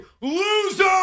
loser